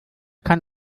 kann